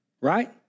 Right